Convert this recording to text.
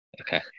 Okay